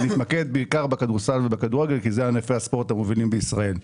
אבל מתמקד בעיקר בכדורסל ובכדורגל כי זה ענפי הספורט המובילים בישראל.